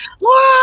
Laura